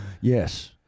Yes